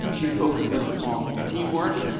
she focuses on teamwork,